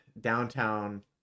downtown